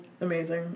amazing